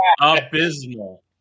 Abysmal